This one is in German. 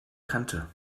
kante